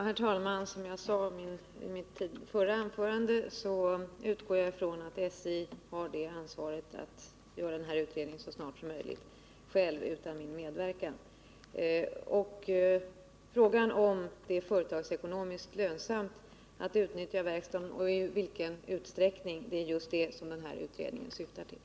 Herr talman! Som jag sade i mitt förra anförande utgår jag ifrån att SJ har det ansvaret att man gör den här utredningen själv så snart som möjligt utan 71 min medverkan. Att få svar på frågan om det är företagsekonomiskt lönsamt att utnyttja verkstaden och i så fall i vilken utsträckning är just det som den här utredningen syftar till.